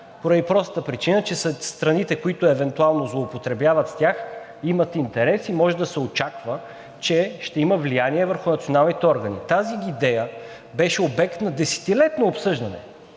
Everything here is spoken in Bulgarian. поради простата причина, че страните, които евентуално злоупотребяват с тях, имат интерес и може да се очаква, че ще има влияние върху националните органи. Тази идея беше обект на 10-летно обсъждане